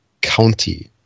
County